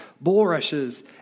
bulrushes